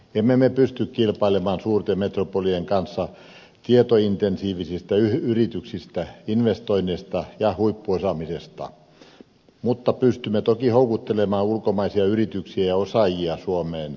emme me pysty kilpailemaan suurten metropolien kanssa tietointensiivisistä yrityksistä investoinneista ja huippuosaamisesta mutta pystymme toki houkuttelemaan ulkomaisia yrityksiä ja osaajia suomeen